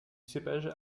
cépage